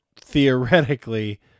theoretically